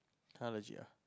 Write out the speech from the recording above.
!huh! legit ah